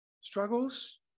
struggles